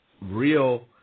real